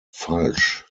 falsch